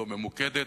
לא ממוקדת,